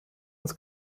uns